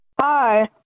Hi